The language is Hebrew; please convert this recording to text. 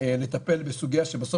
לטפל בסוגיה שבסוף